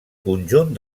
conjunt